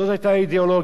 זאת היתה האידיאולוגיה.